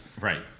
Right